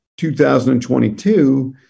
2022